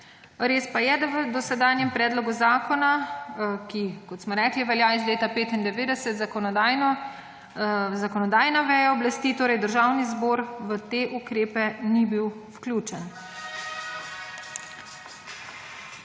Res pa je, da v dosedanjem predlogu zakona, ki, kot smo rekli, velja od leta 1995, zakonodajna veja oblasti, torej državni zbor v te ukrepe ni bil vključen.